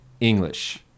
English